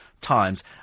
times